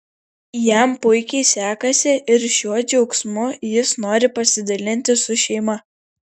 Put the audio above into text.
jam puikiai sekasi ir šiuo džiaugsmu jis nori pasidalinti su šeima